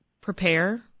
prepare